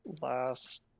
last